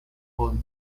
poem